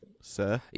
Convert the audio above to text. sir